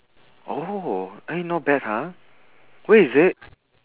oh eh not bad !huh! where is it